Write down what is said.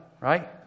right